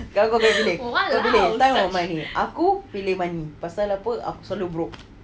bagi kamu pilih time or money aku pilih money pasal apa aku selalu broke